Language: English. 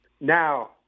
Now